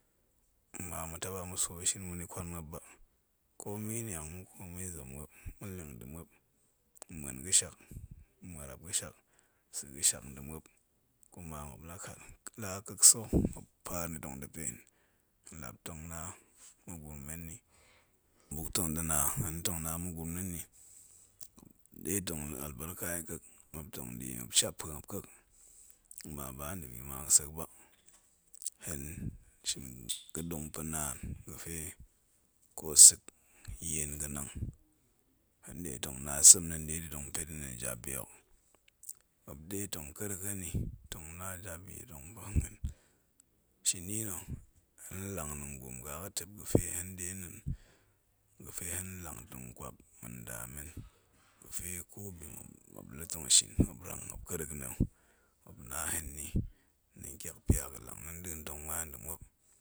Kuma ma̱ taɓa ma̱swo ghin ma̱kwan muop ba, komi niang muk, konyi zem muop, ma̱n leng nda̱ muop, ma̱muen ga̱ shak, ma̱ muarap ga̱ shiak, sa̱ ga̱ shak nda̱ muop, kuma muop lakat, la a kek sa̱ muop paar nni tong da̱ pa̱ hen, hen lap tong na ma̱gurum men nni, buk tong da̱ na, hen tong na ma̱gurum na̱ nni, ɗe tong la̱ albarka yi kek, muop tong ɗie, muop shappue muop yi kek, kuma ba nda̱bi ga̱ma ga̱ sek ba, hen shin ga̱ɗong pa̱ naan ga̱pe ko sek yen ga̱nang hen nɗe tong na tsem na̱ nɗe to tong pet yi nɗa̱a̱n jabbi hok, muop ɗe tong kerrek hen yi, tong na jabbi tong pa̱ nhen, shini nna̱, hen nla̱ng nɗaan selrum kaga̱tep, ga̱fe hen nɗe nɗa̱a̱n ga̱fe hen nlang to̱ nkwap ma̱nda men ga̱fe ko bi ma̱ ga̱fe muop la tong ghin muop rang muop kerrek na muop na hen nni nɗa̱a̱ tyak pya ga̱ lang hen tong mua nda̱ muop